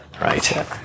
Right